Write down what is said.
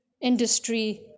industry